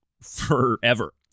forever